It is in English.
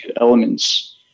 elements